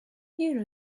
you